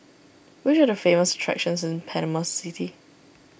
which are the famous attractions in Panama City